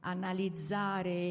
analizzare